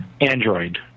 Android